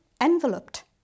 enveloped